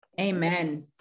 Amen